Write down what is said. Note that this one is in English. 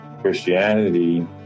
Christianity